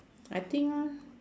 I think